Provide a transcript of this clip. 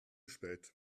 spät